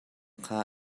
kha